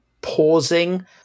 pausing